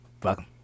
Fuck